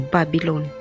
Babylon